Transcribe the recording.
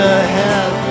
ahead